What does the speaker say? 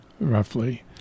roughly